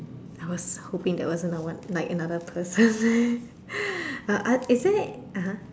I was hoping that was another one like another person uh uh is there uh-huh